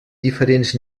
diferents